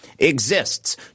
exists